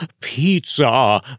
pizza